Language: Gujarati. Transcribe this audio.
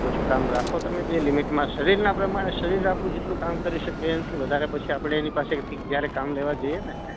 ઓછું કામ રાખો તમે જે લિમિટમાં શરીરનાં પ્રમાણે શરીર આપણું જેટલું કરી શકે એનાથી વધારે પછી આપણે એની પાસેથી જયારે કામ લેવા જઈએ ને